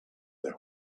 their